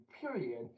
period